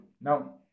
Now